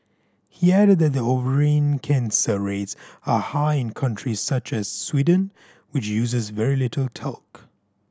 he added that ovarian cancer rates are high in countries such as Sweden which uses very little talc